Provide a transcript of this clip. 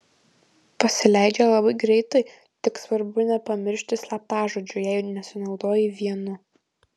pasileidžia labai greitai tik svarbu nepamiršti slaptažodžių jei nesinaudoji vienu